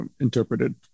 interpreted